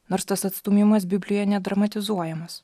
nors tas atstūmimas biblijoje nedramatizuojamas